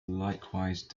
likewise